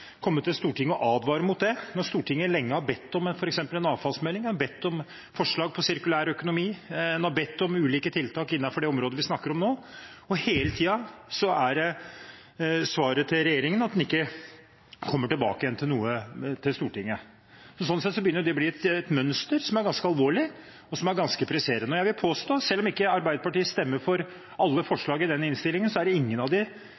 komme til Stortinget og på en måte advare mot det, når Stortinget lenge har bedt om f.eks. en avfallsmelding, har bedt om forslag på sirkulær økonomi. Man har bedt om ulike tiltak innenfor det området vi snakker om nå. Og hele tiden er svaret fra regjeringen at en ikke kommer tilbake igjen med noe til Stortinget. Sånn sett begynner det å bli et mønster som er ganske alvorlig, og som er ganske presserende. Jeg vil påstå at selv om Arbeiderpartiet ikke stemmer for alle forslag i denne innstillingen, er det ingen av